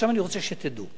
אני רוצה שתדעו,